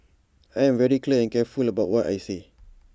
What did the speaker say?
I am very clear and careful about what I say